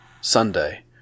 Sunday